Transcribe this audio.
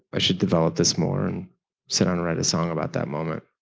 i should develop this more and sit and write a song about that moment.